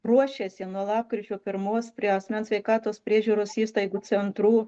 ruošiasi nuo lapkričio pirmos prie asmens sveikatos priežiūros įstaigų centrų